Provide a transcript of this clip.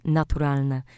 naturalne